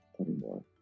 anymore